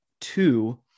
two